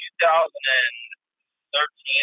2013